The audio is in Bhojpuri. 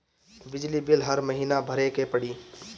बिजली बिल हर महीना भरे के पड़ी?